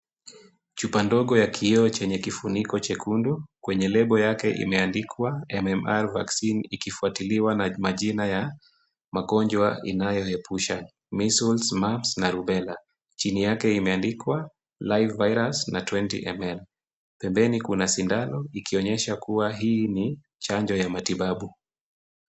Chupa ndogo ya kioo chenye kifuniko chekundu kwenye lebo yake imeandikwa MMR vaccine ikifuatiliwa na majina ya magonjwa inayoepusha, measles, mumps na rubella . Chini yake imeandikwa live virus na 20ml . Pembeni kuna sindano ikionyesha kuwa hii ni chanjo ya matibabu.